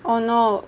oh no